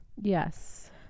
yes